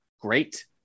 great